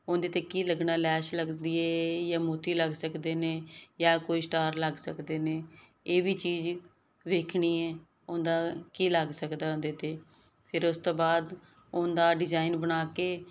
ਉਹਦੇ ਤੇ ਕੀ ਲੱਗਣਾ ਲੈਸ਼ ਲੱਗਦੀ ਏ ਜਾ ਮੋਤੀ ਲੱਗ ਸਕਦੇ ਨੇ ਜਾਂ ਕੋਈ ਸਟਾਰ ਲੱਗ ਸਕਦੇ ਨੇ ਇਹ ਵੀ ਚੀਜ਼ ਵੇਖਣੀ ਏ ਉਹਦਾ ਕੀ ਲੱਗ ਸਕਦਾ ਉਹਦੇ ਤੇ ਫਿਰ ਉਸ ਤੋਂ ਬਾਅਦ ਉਹਦਾ ਡਿਜ਼ਾਇਨ ਬਣਾ ਕੇ